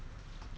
kinship